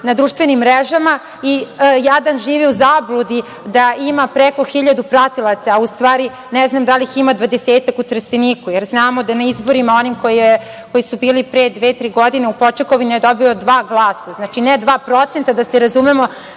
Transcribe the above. na društvenim mrežama i jadan živi u zabludi da ima preko hiljadu pratilaca, a u stvarine znam da li ih ima dvadesetak u Trsteniku, jer znamo da je na izborima onima koji su bili pre dve, tri godine, u Počekovini, dobio dva glasa. Znači, ne dva procenta, da se razumemo,